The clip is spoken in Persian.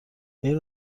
آیا